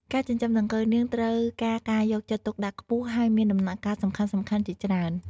ការចិញ្ចឹមដង្កូវនាងត្រូវការការយកចិត្តទុកដាក់ខ្ពស់ ហើយមានដំណាក់កាលសំខាន់ៗជាច្រើន។